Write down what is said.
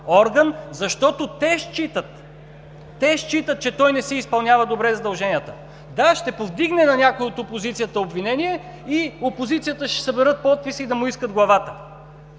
те считат – те считат, че той не си изпълнява добре задълженията. Да, ще повдигне на някой от опозицията обвинение и опозицията ще съберат подписи да му искат главата.